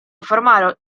affermare